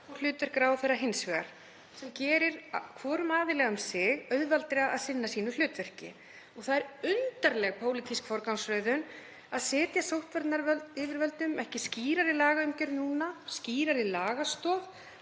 og hlutverk ráðherra hins vegar sem gerir hvorum aðila um sig auðveldara að sinna sínu hlutverki. Það er undarleg pólitísk forgangsröðun að setja sóttvarnayfirvöldum ekki skýrari lagaumgjörð núna, skýrari lagastoð